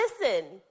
listen